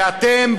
ואתם,